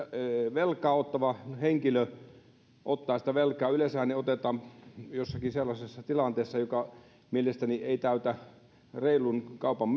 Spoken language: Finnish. velkaa ottava henkilö ottaa sitä velkaa yleensähän se otetaan jossakin sellaisessa tilanteessa joka mielestäni ei täytä reilun kaupan